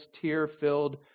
tear-filled